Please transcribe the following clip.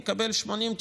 נקבל 80%,